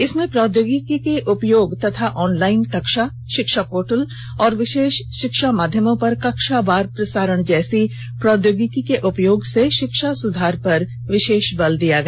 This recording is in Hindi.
इसमें प्रौद्योगिकी के उपयोग तथा ऑनलाइन कक्षा शिक्षा पोर्टल और विर्शष शिक्षा माध्यमों पर कक्षावार प्रसारण जैसी प्रौद्योगिकी के उपयोग से शिक्षा सुधार पर विशेष बल दिया गया